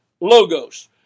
Logos